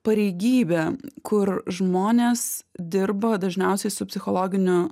pareigybė kur žmonės dirba dažniausiai su psichologiniu